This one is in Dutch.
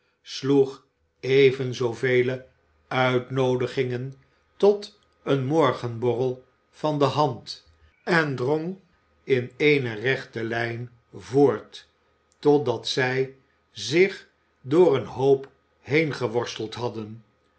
sloeg even zoovele uitzij reizen steeds verder noodigingen tot een morgenborrel van de hand en drong in eene rechte lijn voort totdat zij zich door den hoop heengeworsteld hadden